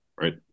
right